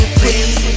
please